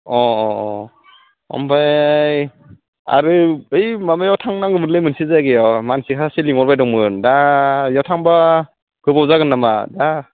अ अ अ ओमफ्राय आरो बै माबायाव थांनांगौमोनलै मोनसे जायगायाव मानसि सासे लिंहरबाय दंमोन दा बैयाव थांबा गौबाव जागोन नामा दा